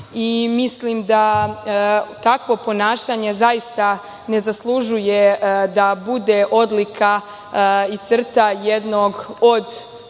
Mislim da takvo ponašanje zaista ne zaslužuje da bude odlika i crta jednog od